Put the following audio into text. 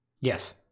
yes